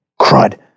crud